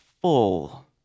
full